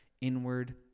inward